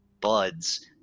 buds